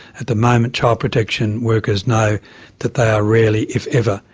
at the moment child protection workers know that they are rarely, if ever,